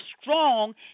strong